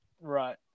Right